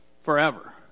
Forever